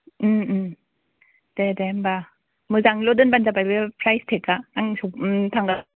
ओम ओम दे दे होमबा मोजांल' दोनबानो जाबाय बे प्रायस टेग आ आं सफै ओम थांगोन